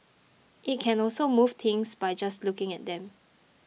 it can also move things by just looking at them